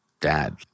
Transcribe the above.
dad